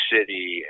City